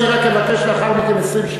אני רק אבקש לאחר מכן 20 שניות.